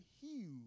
huge